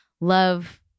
love